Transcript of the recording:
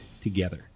together